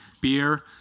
beer